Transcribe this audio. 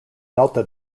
delta